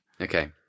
Okay